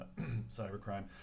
cybercrime